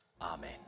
Amen